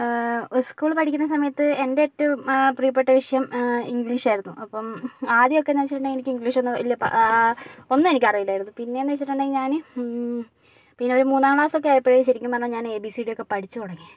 സ്കൂളിൽ പഠിക്കുന്ന സമയത്ത് എൻ്റെ ഏറ്റവും പ്രിയ്യപ്പെട്ട വിഷയം ഇംഗ്ലീഷായിരുന്നു അപ്പം ആദ്യമൊക്കെന്ന് വച്ചിട്ടുണ്ടെങ്കിൽ എനിക്ക് ഇംഗ്ലീഷൊന്നും വലിയ ഒന്നും എനിക്കറിയില്ലായിരുന്നു പിന്നേന്ന് വച്ചിട്ടുണ്ടെങ്കിൽ ഞാന് പിന്നെ ഒരു മൂന്നാം ക്ലാസ്സോക്കെ ആയപ്പഴേ ശരിക്കും പറഞ്ഞാൽ ഞാൻ എബിസിഡിയൊക്കെ പഠിച്ച് തുടങ്ങിയത്